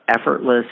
effortless